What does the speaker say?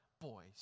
boys